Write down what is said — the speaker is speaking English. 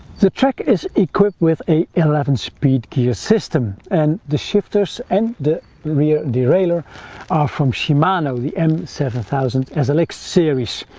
the trek is equipped with a eleven speed gear system and the shifters and the rear derailleur are from shimano the m seven thousand slx like series.